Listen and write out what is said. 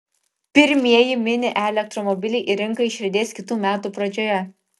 pirmieji mini e elektromobiliai į rinką išriedės kitų metų pradžioje